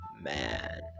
Man